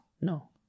No